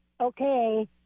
Okay